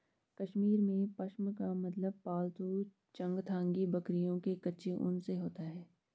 कश्मीर में, पश्म का मतलब पालतू चंगथांगी बकरियों के कच्चे ऊन से होता है